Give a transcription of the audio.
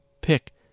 pick